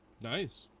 Nice